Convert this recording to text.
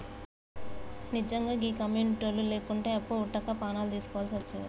నిజ్జంగా గీ కమ్యునిటోళ్లు లేకుంటే అప్పు వుట్టక పానాలు దీస్కోవల్సి వచ్చేది